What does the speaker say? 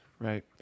right